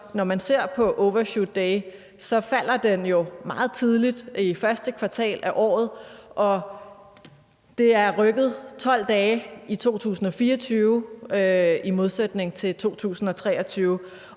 når man ser på overshootday, falder den jo meget tidligt i første kvartal af året, og den er rykket 12 dage frem i 2024 i forhold til 2023.